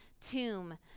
tomb